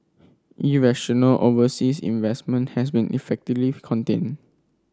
irrational overseas investment has been effectively contained